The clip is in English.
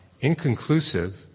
inconclusive